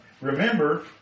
remember